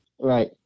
Right